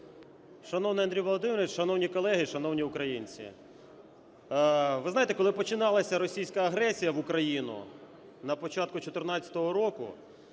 Шановний Андрій Володимирович, шановні колеги, шановні українці, ви знаєте, коли починалася російська агресія в Україну на початку 14-го року,